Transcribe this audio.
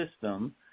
system